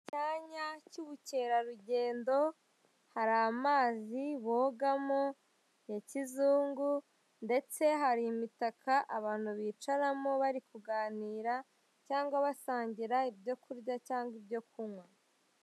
Icyanya cy'ubukerarugendo hari amazi bogamo ya kizungu, ndetse hari imitaka abantu bicaramo bari kuganira cyangwa bashangira ibyo kurya cyangwa ibyo kunywa.